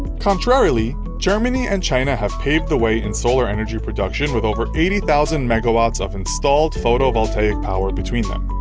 contrarily, germany and china have paved the way in solar energy production with over eighty thousand megawatts of installed photovoltaic power between them.